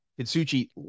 Hitsuchi